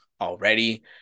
already